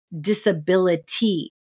disability